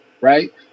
right